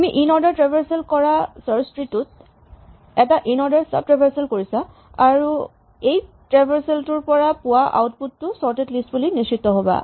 তুমি in order traversal কৰা search tree টোত এটা ইনঅৰ্ডাৰ চাব ট্ৰেভাৰছেল কৰিছা আৰু এই ট্ৰেভাৰছেল টোৰ পৰা পোৱা আউটপুট টো চৰ্টেড লিষ্ট বুলি নিশ্চিত হ'বা